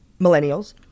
millennials